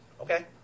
Okay